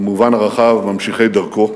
במובן הרחב, ממשיכי דרכו,